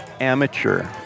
amateur